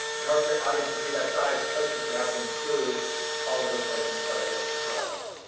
in order for your audience to be that size, placements would have to include all of those placements that i just rattled off.